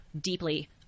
deeply